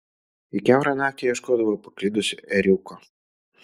ji kiaurą naktį ieškodavo paklydusio ėriuko